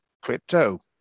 crypto